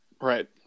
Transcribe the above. Right